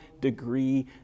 degree